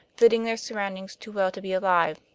fitting their surroundings too well to be alive.